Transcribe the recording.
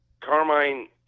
Carmine